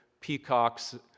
peacocks